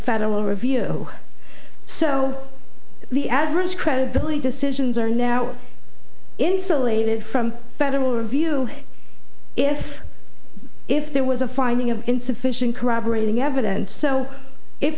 federal review so the adverse credibility decisions are now insulated from federal review if if there was a finding of insufficient corroborating evidence so if